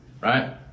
right